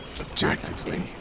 objectively